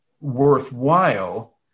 worthwhile